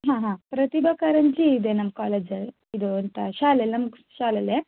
ಹಾಂ ಹಾಂ ಪ್ರತಿಭಾ ಕಾರಂಜಿ ಇದೆ ನಮ್ಮ ಕಾಲೇಜಲ್ಲಿ ಇದು ಎಂಥ ಶಾಲೇಲಿ ನಮ್ಮ ಶಾಲೆಯಲ್ಲೇ